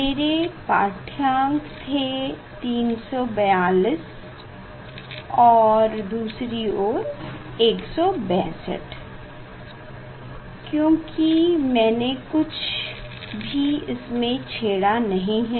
मेरे पाढ़यांक थे 342 और दूसरी ओर 162 क्योकि मैने कुछ भी इसमें छेड़ा नहीं है